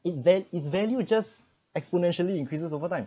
it va~ it's value just exponentially increases over time